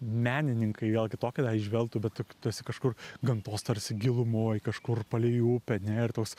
menininkai gal kitokią tą įžvelgtų bet tu tu esi kažkur gamtos tarsi gilumoj kažkur palei upę ne ir tos